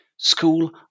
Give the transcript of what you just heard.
School